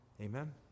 Amen